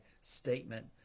statement